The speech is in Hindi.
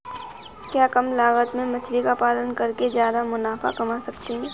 क्या कम लागत में मछली का पालन करके ज्यादा मुनाफा कमा सकते हैं?